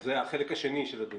זה החלק השני של הדיון.